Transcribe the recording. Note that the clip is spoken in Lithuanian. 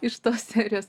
iš tos serijos